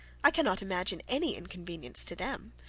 i cannot imagine any inconvenience to them,